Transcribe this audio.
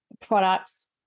products